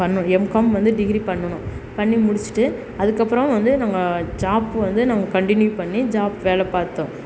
பண்ணணும் எம்காம் வந்து டிகிரி பண்ணுனோம் பண்ணி முடிச்சிட்டு அதுக்கப்பறம் வந்து நாங்கள் ஜாப்பு வந்து நாங்கள் கன்டினியூ பண்ணி ஜாப் வேலை பார்த்தோம்